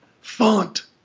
font